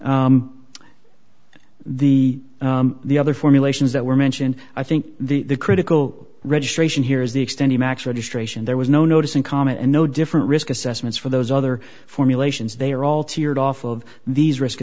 to the the other formulations that were mentioned i think the critical registration here is the extend emacs registration there was no notice and comment and no different risk assessments for those other formulations they are all tiered off of these risk